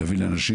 להביא לאנשים,